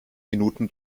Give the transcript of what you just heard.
minuten